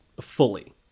fully